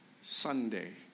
Sunday